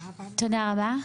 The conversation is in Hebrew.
תודה רבה.